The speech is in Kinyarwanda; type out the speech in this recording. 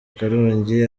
karongi